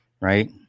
right